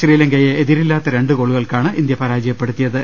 ശ്രീലങ്ക്യെ എതിരില്ലാത്ത രണ്ട് ഗോളുകൾക്കാണ് ഇന്ത്യ പരാജയപ്പെടുത്തിയത്